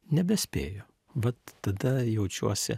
nebespėju vat tada jaučiuosi